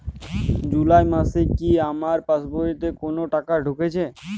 জুলাই মাসে কি আমার পাসবইতে কোনো টাকা ঢুকেছে?